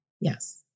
Yes